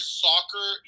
soccer